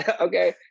Okay